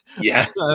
yes